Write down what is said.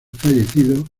fallecido